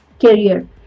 career